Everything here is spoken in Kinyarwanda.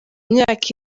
imyaka